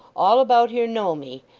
all about here know me,